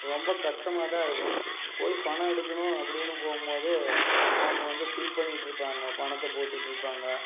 ரொம்ப கஷ்டமாகதான் இருக்கும் போய் பணம் எடுக்கணும் அப்படின்னு போகும் போது அவங்க வந்து ஃபில் பண்ணிட்டு இருப்பாங்க பணத்தை போட்டுகிட்டு இருப்பாங்க